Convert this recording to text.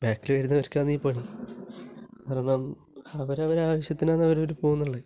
ബാക്കിൽ വരുന്നവര്ക്കാണ് ഈ പണി കാരണം അവരവരുടെ ആവശ്യത്തിനാണ് അവർ പോകുന്നുള്ളത്